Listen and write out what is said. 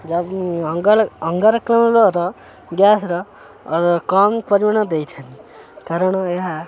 ଯାକୁ ଅଙ୍ଗରକାମ୍ଳର ଗ୍ୟାସର କମ୍ ପରିମାଣ ଦେଇଥାନ୍ତି କାରଣ ଏହା